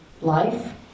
life